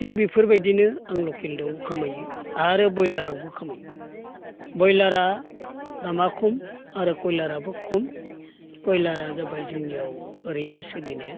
थिग बेफोर बायदिनो आं लकेल दाउ खामायो आरो बयलारावबो खामायो बयलारा दामा खम आरो खयलाराबो खम खयलारा जाबाय जोंनियाव ओरैनो सोलिनाया